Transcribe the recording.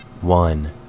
one